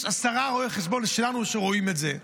יש עשרה רואי חשבון שלנו שרואים את זה.